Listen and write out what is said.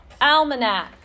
Almanac